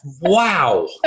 wow